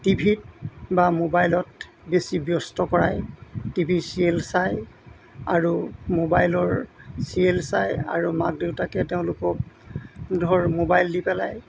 টিভিত বা মোবাইলত বেছি ব্যস্ত কৰাই টিভি চিৰিয়েল চায় আৰু মোবাইলৰ চিৰিয়েল চাই আৰু মাক দেউতাকে তেওঁলোকক ধৰ মোবাইল দি পেলাই